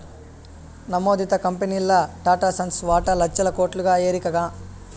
నమోదిత కంపెనీల్ల టాటాసన్స్ వాటా లచ్చల కోట్లుగా ఎరికనా